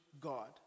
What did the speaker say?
God